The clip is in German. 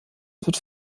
wird